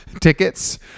tickets